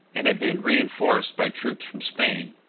and had been re-enforced by troops from spain,